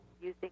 using